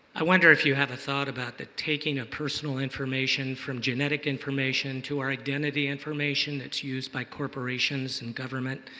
i wonder if you have a thought about the taking of personal information from genetic information to our identity information that's used by corporations and government,